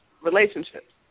relationships